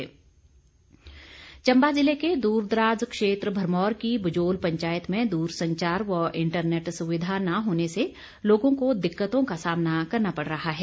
मांग चंबा ज़िले के दूरदराज क्षेत्र भरमौर की बजोल पंचायत में दूरसंचार व इंटरनेट सुविधा न होने से लोगों को दिक्कतों का सामना करना पड़ रहा है